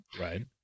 Right